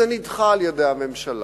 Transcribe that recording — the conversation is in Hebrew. זה נדחה על-ידי הממשלה.